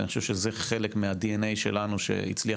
אני חושב שזה חלק מהדי-אן-איי שלנו שהצליח